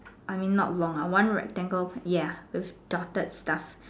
I mean not long ah one rectangle ya there's dotted stuff